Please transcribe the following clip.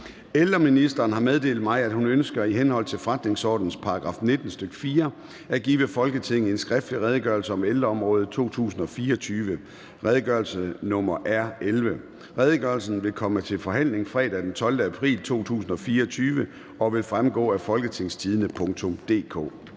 Kierkgaard) har meddelt mig, at hun ønsker i henhold til forretningsordenens § 19, stk. 4, at give Folketinget en skriftlig Redegørelse om ældreområdet 2024. (Redegørelse nr. R 11). Redegørelsen vil komme til forhandling fredag den 12. april 2024 og vil fremgå af www.folketingstidende.dk.